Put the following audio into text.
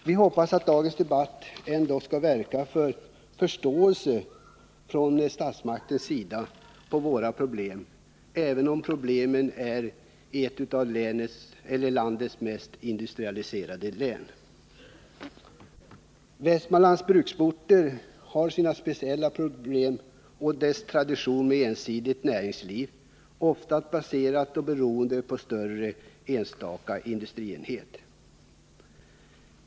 Vi hoppas att dagens debatt skall åstadkomma förståelse från statsmakternas sida för våra problem, även om det gäller ett av landets mest industrialiserade län. Västmanlands bruksorter har sina speciella problem. Västmanland har av tradition ett ensidigt näringsliv, ofta baserat på och beroende av enstaka större industrienheter.